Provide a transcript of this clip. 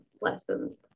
lessons